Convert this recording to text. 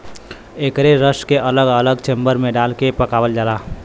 एकरे रस के अलग अलग चेम्बर मे डाल के पकावल जाला